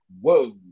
whoa